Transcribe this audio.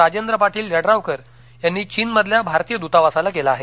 राजेंद्र पाटील यड्रावकर यांनी चीनमधल्या भारतीय दुतावासाला केलं आहे